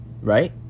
right